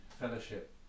Fellowship